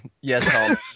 Yes